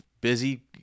Busy